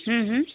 ह